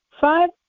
five